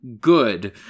good